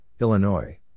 Illinois